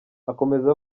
akomeza